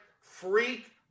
freak